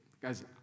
guys